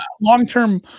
long-term